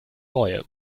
reue